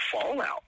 fallout